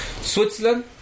Switzerland